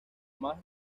más